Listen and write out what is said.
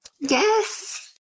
Yes